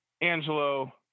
Angelo